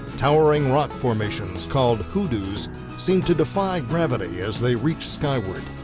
towering rock formations called hoodoos seem to defy gravity as they reach skyward.